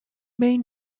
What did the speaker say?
main